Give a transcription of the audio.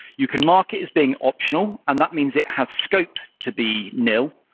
you can mark it as being optional and that means it has scope to be nil,